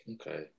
okay